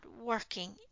working